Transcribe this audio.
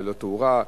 ללא תאורה,